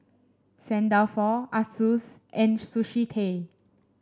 Saint Dalfour Asus and Sushi Tei